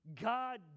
God